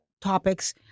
topics